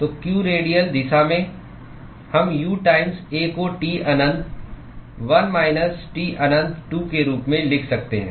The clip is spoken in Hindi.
तो q रेडियल दिशा में हम U टाइम्स A को T अनंत 1 माइनस T अनंत 2 के रूप में लिख सकते हैं